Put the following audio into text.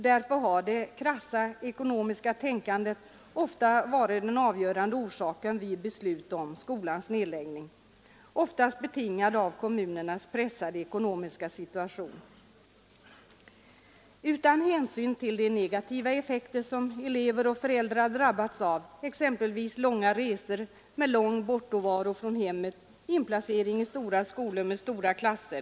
Därför har det krassa ekonomiska tänkandet fått råda — ett beslut om skolans nedläggning har ofta varit betingat av kommunens pressade ekonomiska situation — utan hänsyn till de negativa effekter som elever och föräldrar drabbas av, exempelvis i form av långa resor, lång bortovaro från hemmet och inplacering i stora skolor med stora klasser.